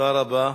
תודה רבה.